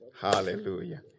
Hallelujah